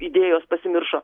idėjos pasimiršo